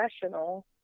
professional